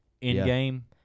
in-game